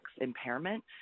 impairment